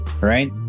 right